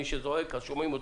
מי שזועק שומעים אותו,